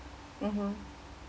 mmhmm